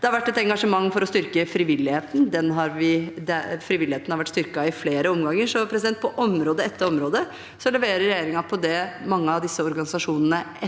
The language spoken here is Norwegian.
Det har vært et engasjement for å styrke frivilligheten. Frivilligheten har vært styrket i flere omganger. Så på område etter område leverer regjeringen på det mange av disse organisasjonene